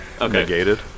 negated